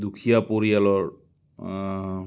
দুখীয়া পৰিয়ালৰ